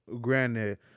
Granted